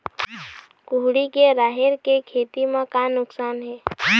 कुहड़ी के राहेर के खेती म का नुकसान हे?